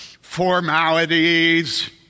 formalities